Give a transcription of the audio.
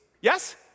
Yes